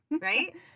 right